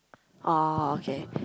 oh okay